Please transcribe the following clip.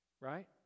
right